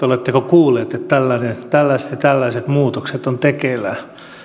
oletteko kuulleet että tällaiset ja tällaiset muutokset ovat tekeillä